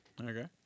Okay